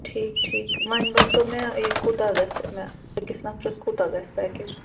ٹھیٖک ٹھیٖک وۅنۍ ؤنۍتو مےٚ یہِ کوٗتاہ گَژھِ مےٚ أکِس نَفرَس کوٗتاہ گَژھِ پیکیج